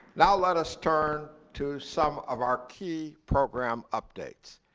now, let us turn to some of our key program updates.